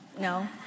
no